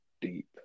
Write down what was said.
deep